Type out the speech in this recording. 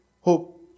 hope